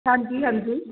ਹਾਂਜੀ ਹਾਂਜੀ